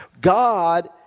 God